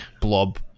blob